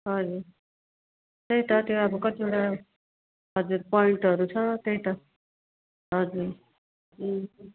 हजुर त्यही त त्यहाँ अब कतिवटा हजुर पोइन्टहरू छ त्यही त हजुर